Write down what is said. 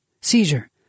seizure